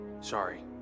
Sorry